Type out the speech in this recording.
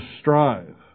strive